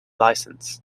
license